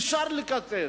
אפשר לקצץ.